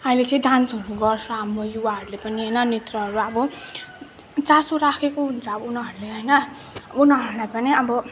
अहिले चाहिँ डान्सहरू गर्छ हाम्रो युवाहरूले पनि होइन नृत्यहरू अब चासो राखेको हुन्छ अब उनीहरूले होइन उनीहरूलाई पनि अब